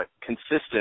consistent